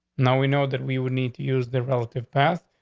now, we know that we would need to use the relative path.